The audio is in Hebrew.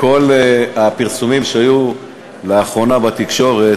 כל הפרסומים שהיו לאחרונה בתקשורת,